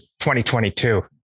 2022